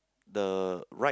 the right